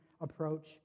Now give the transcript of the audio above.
approach